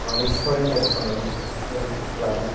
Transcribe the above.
स्मरणीय क्षणहरू स्मृति कुराहरू